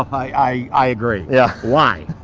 i agree. yeah why?